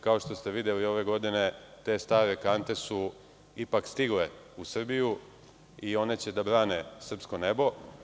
Kao što ste videli ove godine te stare kante su ipak stigle u Srbiju i one će da brane srpsko nebo.